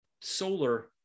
solar